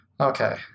Okay